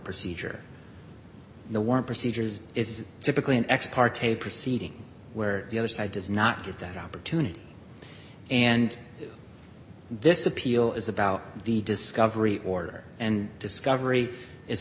procedure in the war procedures is typically an ex parte proceeding where the other side does not get that opportunity and this appeal is about the discovery order and discovery i